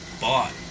bought